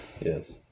Yes